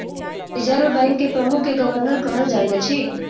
reserve bank के प्रमुख के गवर्नर कहल जाइत अछि